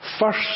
first